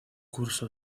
curso